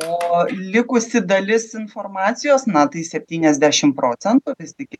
o likusi dalis informacijos natai septyniasdešim procentų vis tik